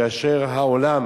כאשר העולם